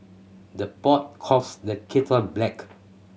the pot calls the kettle black